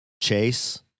Chase